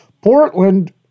Portland